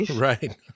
Right